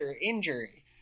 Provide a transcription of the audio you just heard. injury